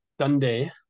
Sunday –